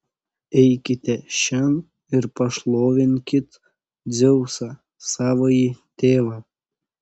eikite šen ir pašlovinkit dzeusą savąjį tėvą